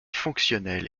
fonctionnelle